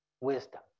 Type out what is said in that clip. wisdom